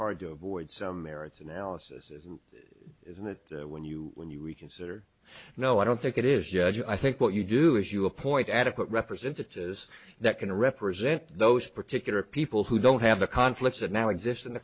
hard to avoid some merits analysis isn't that when you when you reconsider no i don't think it is judge i think what you do is you appoint adequate representatives that can represent those particular people who don't have the conflicts that now exist in the